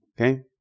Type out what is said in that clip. Okay